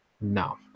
no